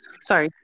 sorry